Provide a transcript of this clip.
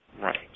Right